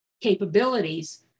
capabilities